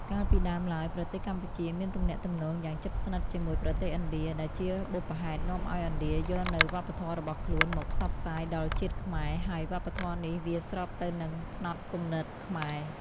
កាលពីដើមឡើយប្រទេសកម្ពុជាមានទំនាក់ទំនងយ៉ាងជិតស្និទ្ធជាមួយប្រទេសឥណ្ឌា ដែលជាបុព្វហេតុនាំអោយឥណ្ឌាយកនូវវប្បធម៌របស់ខ្លួនមកផ្សព្វផ្សាយដល់ជាតិខ្មែរ ហើយវប្បធម៌នេះវាស្របទៅនឹងផ្នត់គំនិតខ្មែរ ។